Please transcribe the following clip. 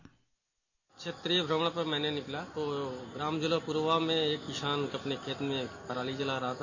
bite क्षेत्रीय भ्रमण पर मैं निकला तो जोहलापुरवां में एक किसान अपने खेत में पराली जला रहा था